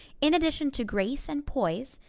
in addition to grace and poise,